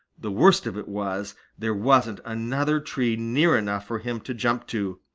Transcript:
the worst of it was there wasn't another tree near enough for him to jump to.